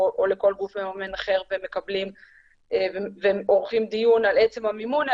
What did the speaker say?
לכל גוף מממן אחר ועורכים דיון על עצם המימון,